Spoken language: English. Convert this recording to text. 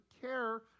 care